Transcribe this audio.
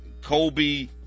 Kobe